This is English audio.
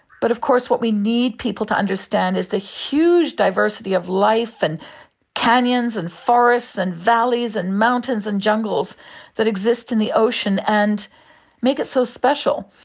but of course what we need people to understand is the huge diversity of life and canyons and forests and valleys and mountains and jungles that exist in the ocean and make it so special.